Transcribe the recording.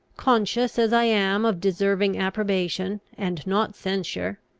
conscious as i am of deserving approbation and not censure,